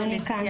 ג': אני כאן.